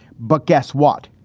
but guess what?